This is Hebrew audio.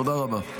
תודה רבה.